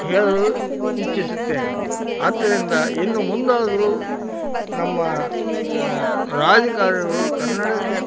ಹೇಳಲು ಇಚ್ಚಿಸುತ್ತೇನೆ ಆದ್ದರಿಂದ ಇನ್ನು ಮುಂದಾದರೂ ನಮ್ಮ ರಾಜಕಾರಣಿಗಳು ಕನ್ನಡಕ್ಕೆ